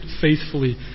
faithfully